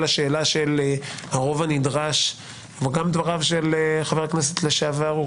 באים בשאילתה, זה כמו דחייה על הסף.